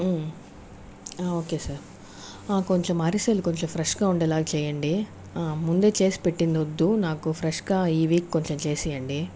okay sir కొంచెం అరిసెలు కొంచెం ఫ్రెష్గా ఉండేలాగా చేయండి ముందే చేసి పెట్టింది వద్దు నాకు ఫ్రెష్గా ఈ వీక్ కొంచెం చేసి ఇవ్వండి